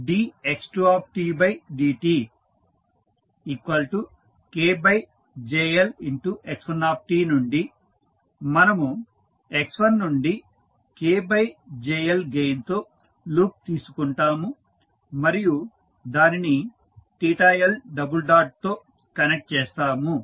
ఇప్పుడు dx2dtKJLx1t నుండి మనము x1నుండి KJL గెయిన్ తో లూప్ తీసుకొంటాము మరియు దానిని L తో కనెక్ట్ చేస్తాము